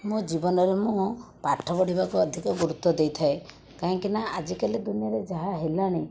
ମୋ' ଜୀବନରେ ମୁଁ ପାଠ ପଢ଼ିବାକୁ ଅଧିକ ଗୁରୁତ୍ୱ ଦେଇଥାଏ କାହିଁକିନା ଆଜିକାଲି ଦୁନିଆରେ ଯାହା ହେଲାଣି